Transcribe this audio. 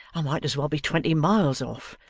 i might as well be twenty miles off.